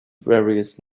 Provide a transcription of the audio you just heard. various